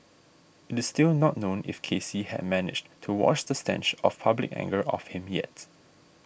it is still not known if Casey had managed to wash the stench of public anger off him yet